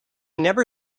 never